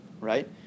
right